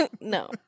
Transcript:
No